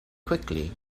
quickly